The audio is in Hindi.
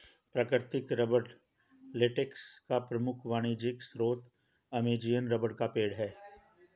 प्राकृतिक रबर लेटेक्स का प्रमुख वाणिज्यिक स्रोत अमेज़ॅनियन रबर का पेड़ है